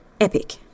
epic